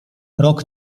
rok